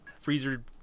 freezer